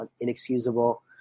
inexcusable